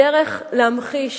הדרך להמחיש